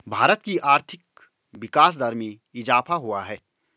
भारत की आर्थिक विकास दर में इजाफ़ा हुआ है